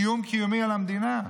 איום קיומי על המדינה.